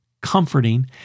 comforting